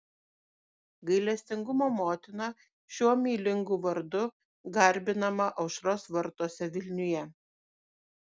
gailestingumo motina šiuo meilingu vardu garbinama aušros vartuose vilniuje